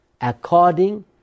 according